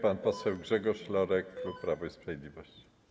Pan poseł Grzegorz Lorek, klub Prawo i Sprawiedliwość.